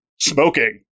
Smoking